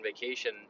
vacation